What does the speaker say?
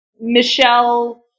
Michelle